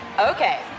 Okay